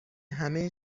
همه